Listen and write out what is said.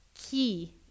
key